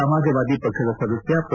ಸಮಾಜವಾದಿ ಪಕ್ಷದ ಸದಸ್ಯ ಪ್ರೊ